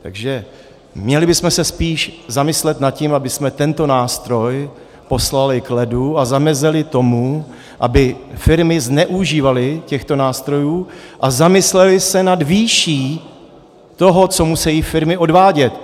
Takže bychom se měli spíš zamyslet nad tím, abychom tento nástroj poslali k ledu a zamezili tomu, aby firmy zneužívaly těchto nástrojů a zamysleli se nad výší toho, co musí firmy odvádět.